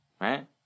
Right